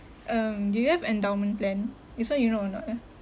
um do you have endowment plan this [one] you know or not ah